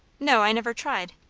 no. i never tried.